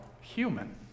human